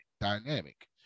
dynamic